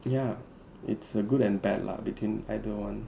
ya it's a good and bad lah between either one